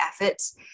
efforts